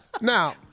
Now